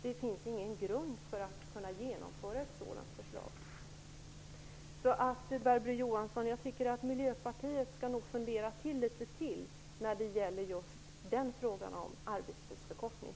Det finns ingen grund för att kunna genomföra ett sådant förslag. Barbro Johansson, jag tycker att Miljöpartiet skall fundera litet till när det gäller just frågan om arbetstidsförkortning.